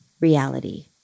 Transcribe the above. reality